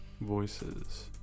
voices